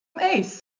ace